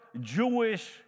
Jewish